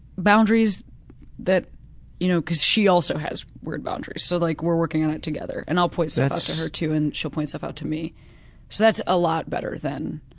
boundaries that you know because she also has weird boundaries, so like we're working on it together, and i'll point stuff out to her too and she'll point stuff out to me. so that's a lot better than